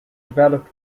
developed